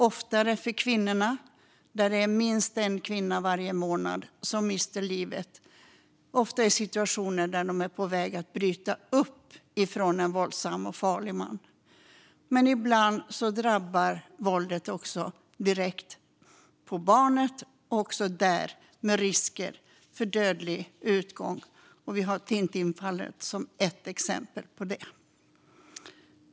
Minst en kvinna mister livet varje månad, och det sker ofta i situationer där de är på väg att bryta upp från en våldsam och farlig man. Ibland drabbar våldet direkt barnet - också där med risk för dödlig utgång. Tintinfallet är ett exempel på detta.